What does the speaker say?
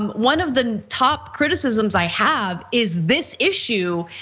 um one of the top criticisms i have is this issue,